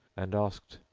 and asked,